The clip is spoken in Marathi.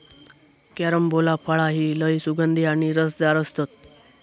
कॅरम्बोला फळा ही लय सुगंधी आणि रसदार असतत